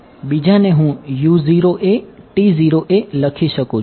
બીજાને હું લખી શકું છુ